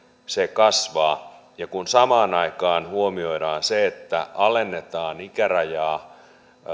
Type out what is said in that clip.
kasvaa ja kun samaan aikaan huomioidaan se että alennetaan ikärajaa